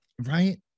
Right